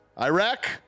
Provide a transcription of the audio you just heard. Iraq